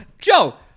Joe